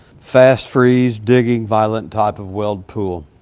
fast freeze, digging, violent type of weld pool.